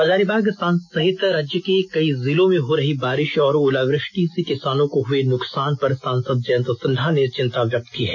हजारीबाग सहित राज्य के कई जिलों में हो रही बारिश और ओलावृष्टि से किसानों को हुए नुकसान पर सांसद जयंत सिन्हा ने चिंता व्यक्त की है